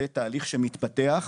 זה תהליך שמתפתח.